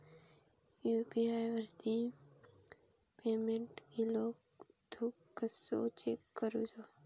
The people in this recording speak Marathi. यू.पी.आय वरती पेमेंट इलो तो कसो चेक करुचो?